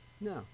no